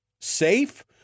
safe